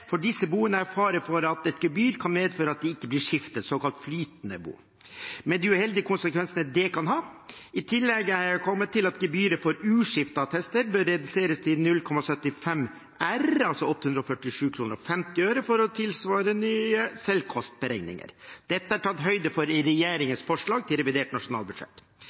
for disse boene er fare for at et gebyr kan medføre at de ikke blir skiftet, såkalt flytende bo, med de uheldige konsekvensene det kan ha. I tillegg er jeg kommet til at gebyret for uskifteattester bør reduseres til 0,75 R, altså kr 847,50, for å tilsvare nye selvkostberegninger. Dette er tatt høyde for i regjeringens forslag til revidert nasjonalbudsjett.